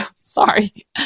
sorry